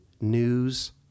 News